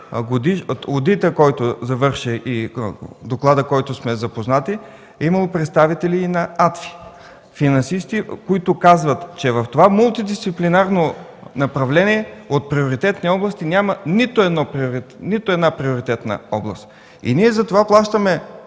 от одита, който завърши и от доклада, с който сме запознати, става ясно, че е имало представители и на АДФИ – финансисти, които казват, че в това мултидисциплинарно направление от приоритетни области няма нито една приоритетна област. Ние затова плащаме